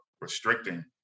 restricting